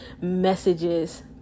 messages